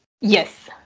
Yes